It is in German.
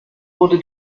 wurde